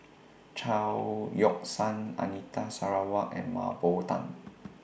Chao Yoke San Anita Sarawak and Mah Bow Tan